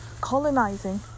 colonizing